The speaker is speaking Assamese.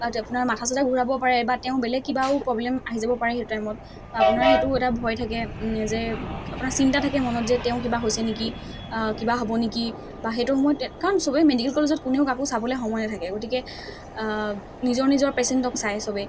বা তেখেতৰ মাথা চাথা ঘূৰাব পাৰে বা তেওঁ বেলেগ কিবাও প্ৰব্লেম আহি যাব পাৰে সেইটো টাইমত বা আপোনাৰ সেইটোও এটা ভয় থাকে যে আপোনাৰ চিন্তা থাকে মনত যে তেওঁৰ কিবা হৈছে নেকি কিবা হ'ব নেকি বা সেইটো সময়ত কাৰণ চবেই মেডিকেল কলেজত কোনেও কাকো চাবলৈ সময় নাথাকে গতিকে নিজৰ নিজৰ পেচেণ্টক চায় চবেই